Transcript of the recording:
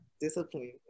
discipline